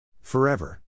Forever